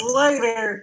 later